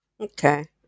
Okay